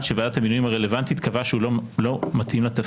שוועדת המינויים הרלוונטיים קבעה שהוא לא מתאים לתפקיד.